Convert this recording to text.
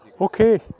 Okay